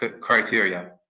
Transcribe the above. criteria